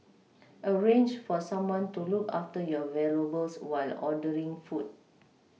arrange for someone to look after your valuables while ordering food